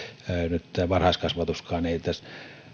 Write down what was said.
nyt tämä varhaiskasvatuskaan ei tässä